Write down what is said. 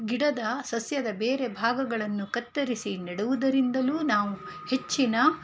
ಗಿಡದ ಸಸ್ಯದ ಬೇರೆ ಭಾಗಗಳನ್ನು ಕತ್ತರಿಸಿ ನೆಡುವುದರಿಂದಲು ನಾವು ಹೆಚ್ಚಿನ